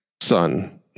son